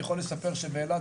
אני יכול לספר שבאילת,